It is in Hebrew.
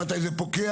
מתי זה פוקע?